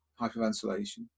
hyperventilation